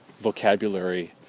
vocabulary